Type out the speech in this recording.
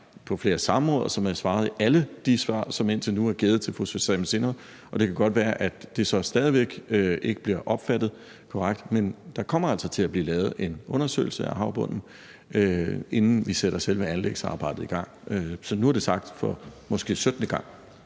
på flere samråd, og som jeg har svaret i alle de svar, som indtil nu er givet til fru Susanne Zimmer – og det kan godt være, at det så stadig væk ikke bliver opfattet korrekt, men der kommer altså til at blive lavet en undersøgelse af havbunden, inden vi sætter selve anlægsarbejdet i gang. Så nu er det sagt for måske 17. gang.